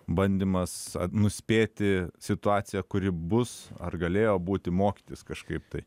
bandymas nuspėti situaciją kuri bus ar galėjo būti mokytis kažkaip tai